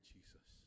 Jesus